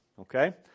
okay